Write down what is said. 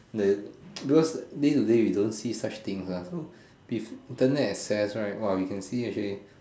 the those these days we don't see such things ah with Internet access right !wah! we can see actually